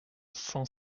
cent